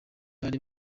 bari